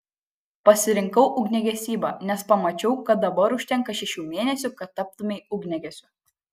pasirinkau ugniagesybą nes pamačiau kad dabar užtenka šešių mėnesių kad taptumei ugniagesiu